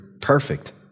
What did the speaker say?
perfect